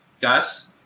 Gus